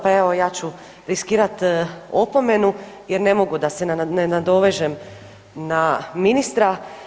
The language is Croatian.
Pa evo ja ću riskirat opomenu jer ne mogu da se ne nadovežem na ministra.